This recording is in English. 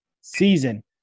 season